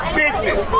business